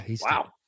wow